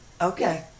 Okay